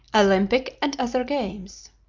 olympic and other games